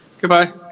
Goodbye